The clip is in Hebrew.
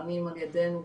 נבחנים על ידינו,